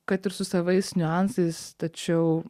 kad ir su savais niuansais tačiau